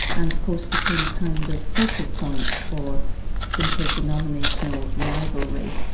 and of course became a kind of focal point for interdenominational rivalry,